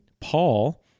Paul